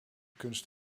kunst